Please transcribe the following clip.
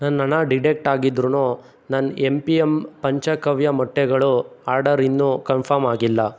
ನನ್ನ ನನ್ನ ಡಿಡೆಕ್ಟ್ ಆಗಿದ್ದರೂ ನನ್ನ ಎಂ ಪಿ ಎಂ ಪಂಚಗವ್ಯ ಮೊಟ್ಟೆಗಳು ಆರ್ಡರ್ ಇನ್ನೂ ಕನ್ಫಮ್ ಆಗಿಲ್ಲ